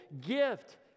gift